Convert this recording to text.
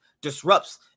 disrupts